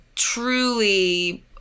Truly